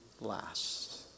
last